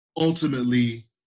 ultimately